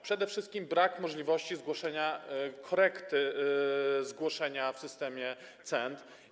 Przede wszystkim brak możliwości zgłoszenia korekty zgłoszenia w systemie SENT.